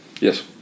Yes